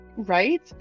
right